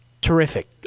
Terrific